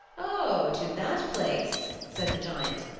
oh, to that place, said the giant.